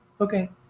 Okay